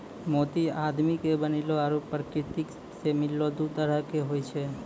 मोती आदमी के बनैलो आरो परकिरति सें मिललो दु तरह के होय छै